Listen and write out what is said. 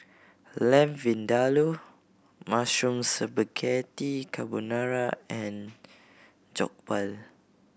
Lamb Vindaloo Mushroom Spaghetti Carbonara and Jokbal